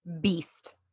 Beast